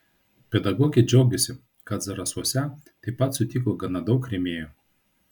pedagogė džiaugėsi kad zarasuose taip pat sutiko gana daug rėmėjų